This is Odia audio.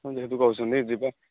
ହଁ ଯେହେତୁ କହୁଛନ୍ତି ଯିବା